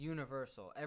Universal